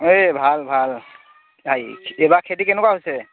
এই ভাল ভাল হেৰি এইবাৰ খেতি কেনেকুৱা হৈছে